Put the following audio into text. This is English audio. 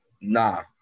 Nah